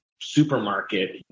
supermarket